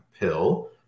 pill